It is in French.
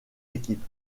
équipe